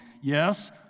Yes